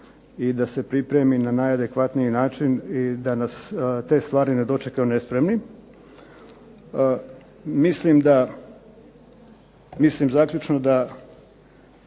i da se pripremi na najadekvatniji način i da nas te stvari ne dočekaju nespremne. Mislim zaključno da